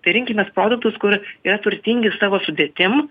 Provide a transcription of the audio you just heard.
tai rinkimės produktus kur yra turtingi savo sudėtim